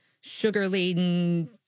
sugar-laden